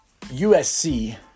USC